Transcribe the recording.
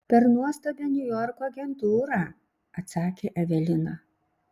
per nuostabią niujorko agentūrą atsakė evelina